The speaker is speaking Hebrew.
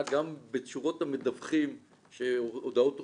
גם בתשובות המדווחים שהודעות הוכפלו,